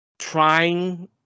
trying